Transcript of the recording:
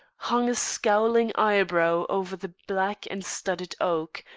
hung a scowling eyebrow over the black and studded oak,